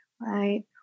right